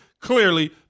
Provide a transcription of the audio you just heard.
clearly